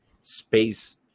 space